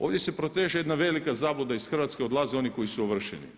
Ovdje se proteže jedna velika zabluda, iz Hrvatske odlaze oni koji su ovršeni.